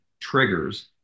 triggers